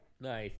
Nice